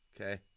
okay